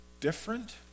different